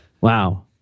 Wow